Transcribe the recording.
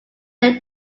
their